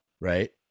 right